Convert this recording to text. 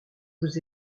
vous